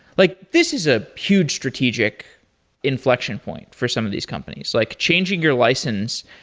like this is a huge strategic inflection point for some of these companies. like changing your license,